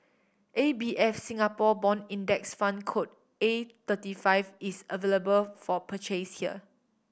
A B F Singapore Bond Index Fund code A thirty five is available for purchase here